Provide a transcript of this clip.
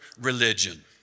religion